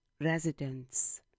residents